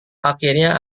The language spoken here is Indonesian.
akhirnya